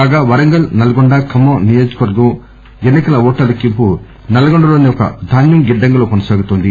కాగా వరంగల్ నల్గొండ ఖమ్మం నియోజకవర్గం ఎన్ని కల ఓట్ల లెక్కింపు నల్గొండలోని ఒక ధాన్యం గిడ్డంగిలో కొనసాగుతోంది